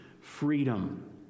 freedom